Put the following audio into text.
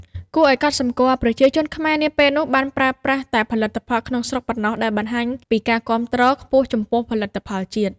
គួរឱ្យកត់សម្គាល់ ប្រជាជនខ្មែរនាពេលនោះបានប្រើប្រាស់តែផលិតផលក្នុងស្រុកប៉ុណ្ណោះ ដែលបង្ហាញពីការគាំទ្រខ្ពស់ចំពោះផលិតផលជាតិ។